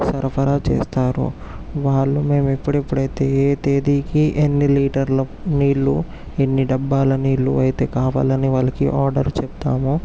సరఫరా చేస్తారు వాళ్ళు మేము ఎప్పుడు ఎప్పుడు అయితే ఏ ఏ తేదీకి ఎన్ని లీటర్ల నీళ్లు ఎన్ని డబ్బాల నీళ్లు అయితే కావాలని వాళ్ళకి ఆర్డర్ చెప్తామొ